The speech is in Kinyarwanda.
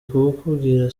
kukubwira